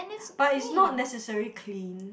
but is not necessary clean